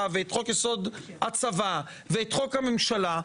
ואת חוק-יסוד: הצבא ואת חוק הממשלה,